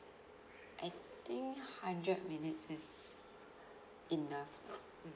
I think hundred minutes is enough mm